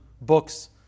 books